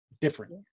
different